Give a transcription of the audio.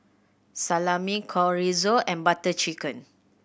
Salami Chorizo and Butter Chicken